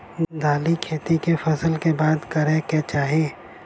दालि खेती केँ फसल कऽ बाद करै कऽ चाहि?